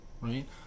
Right